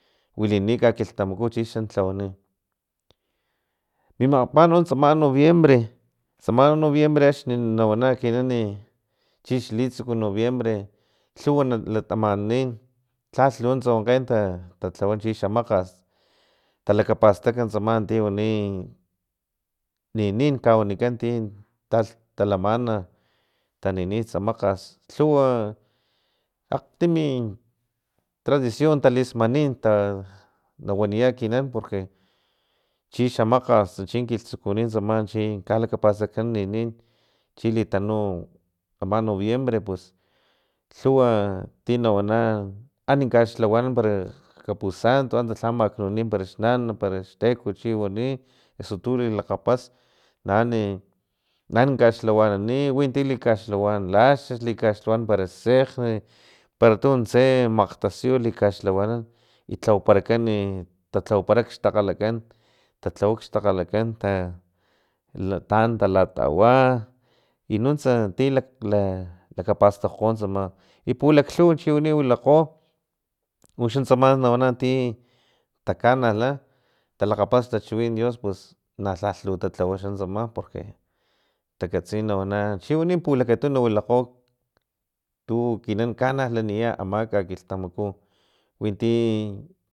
Wilini kakilhtamaku chixan tlawani mimapa nunts tsama noviembre tsama noviembre axni nawana ekinan chix litsuk noviembre lhuwa latamanin lhalh lu nuntsa wankge ta talhawa chi xamakgast talakapastak tsama ti wani li linin kawanikan tin lhalh talamana taninitsa makgast lhuw akgtimi tradicion talismanin ta nawaniya ekinan porque chixa makgas chin kilhtsukuni tsama chi kalakapastagkan li nin chilitanu ama noviembre pues lhuwa tinawan ani kaxlawa para kapusan antsa lha maknuni para xnana parax teko chiwani eso tu lilakgapas naanin na an kaxlhawani winti li kaxlhawa laxux ti likaxlhawa para sekgn para tuntse maktasiyu likaxlhawanan i lhawaparakan i talhawapara xtalgalakan talhawa xtakgalakan ta an talatawa i nuntsa ti lakapastakgo tsama i polaklhuwa chiwani chi wilakgo uxa tsama nawana ti takanala talakgapas xtachiwin dios pus na lhalh lu talhawa xa tsama porque takatsi nawana na chi wani pulakatunu wilakgo tu ekinan kanalaniya ama kakilhtamaku winti